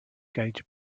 gauge